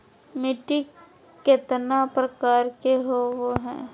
मिट्टी केतना प्रकार के होबो हाय?